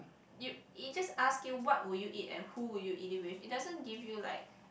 you it just ask you what will you eat and who will you eat it with it doesn't give you like